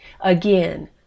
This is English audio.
Again